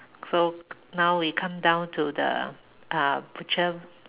so now we come down to the uh butcher